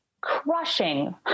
crushing